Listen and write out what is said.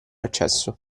accesso